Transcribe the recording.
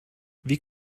wie